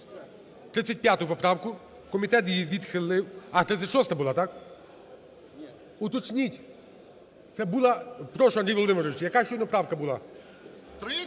35 поправку. Комітет її відхилив. А, 36-а була, так? Уточніть. Це була… Прошу, Андрій Володимирович, яка щойно правка була?